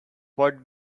what